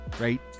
right